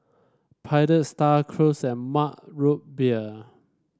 Pilot Star Cruise and Mug Root Beer